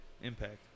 Impact